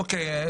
אוקיי.